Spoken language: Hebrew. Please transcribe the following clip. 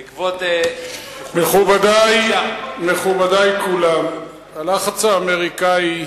בעקבות, מכובדי כולם, הלחץ האמריקני,